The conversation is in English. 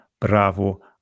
Bravo